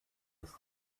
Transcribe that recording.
des